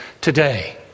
today